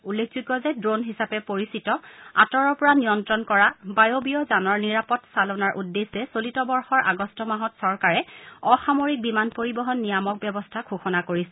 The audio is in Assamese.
উল্লেখযোগ্য যে ড্ৰোন হিচাপে পৰিচিত আঁতৰৰ পৰা নিয়ন্ত্ৰণ কৰা বায়ৱীয় যানৰ নিৰাপদ চালনাৰ উদ্দেশ্যে চলিত বৰ্ষৰ আগষ্ট মাহত চৰকাৰে অসামৰিক বিমান পৰিবহন নিয়ামক ব্যৱস্থা ঘোষণা কৰিছিল